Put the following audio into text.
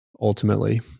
ultimately